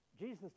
Jesus